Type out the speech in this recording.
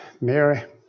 Mary